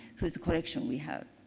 whose collection we have.